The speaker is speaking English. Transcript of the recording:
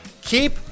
keep